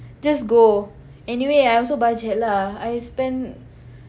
just go anyway I also bajet lah I spend